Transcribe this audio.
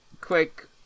quick